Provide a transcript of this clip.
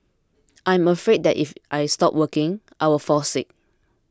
I am afraid that if I stop working I will fall sick